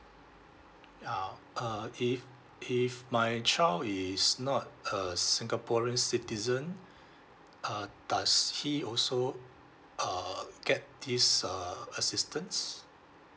ya uh if if my child is not a singaporean citizen uh does he also uh get this uh assistance